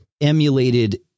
emulated